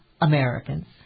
Americans